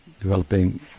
developing